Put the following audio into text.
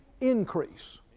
increase